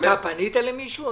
פנית למישהו?